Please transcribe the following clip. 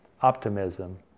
optimism